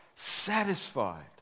satisfied